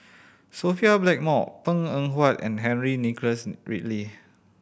Sophia Blackmore Png Eng Huat and Henry Nicholas Ridley